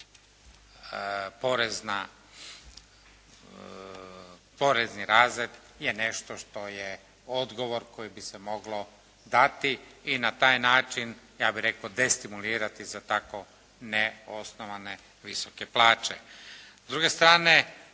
porezni razred je nešto što je odgovor koji bi se moglo dati i na taj način ja bih rekao destimulirati za tako ne osnovane visoke plaće.